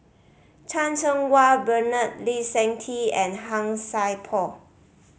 Chan Cheng Wah Bernard Lee Seng Tee and Han Sai Por